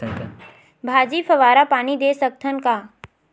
भाजी फवारा पानी दे सकथन का?